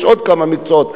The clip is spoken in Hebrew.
יש עוד כמה מקצועות,